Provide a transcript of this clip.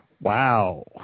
wow